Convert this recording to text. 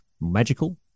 magical